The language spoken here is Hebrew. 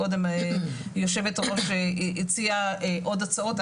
קודם יושבת הראש הציעה עוד הצעות,